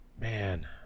Man